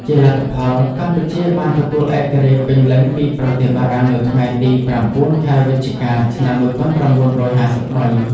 ជាលទ្ធផល កម្ពុជាបានទទួលឯករាជ្យពេញលេញពីប្រទេសបារាំងនៅថ្ងៃទី៩ ខែវិច្ឆិកា ឆ្នាំ១៩៥៣។